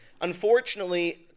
Unfortunately